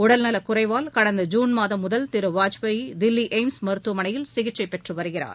உடல் நலக்குறைவால் கடந்த ஜுன் மாதம் முதல் திருவாஜ்பாய் தில்லி எய்ம்ஸ் மருத்துவமனையில் சிகிச்சை பெற்று வருகிறார்